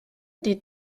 des